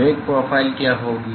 वेग प्रोफ़ाइल क्या होगी